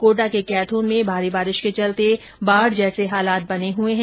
कोटा के कैथून में भारी बारिश के चलते बाढ के हालात बने हुए है